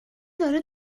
داره